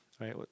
right